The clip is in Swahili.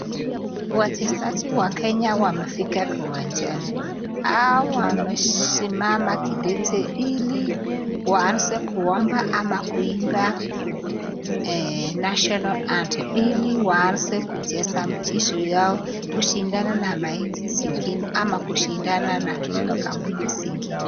Wachezaji wa Kenya wamefika kiwanjani. Hao wamesimama kidete ili waanze kuomba ama kuimba national anthem ili waanze kucheza mchezo yao kushindana na manchi zingine ama kushindana na makampuni zingine.